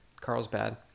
carlsbad